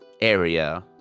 area